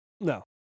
No